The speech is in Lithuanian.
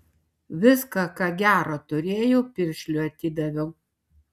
viską ką gera turėjau piršliui atidaviau